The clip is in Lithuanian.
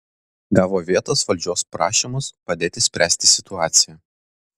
gavo vietos valdžios prašymus padėti spręsti situaciją